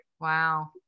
wow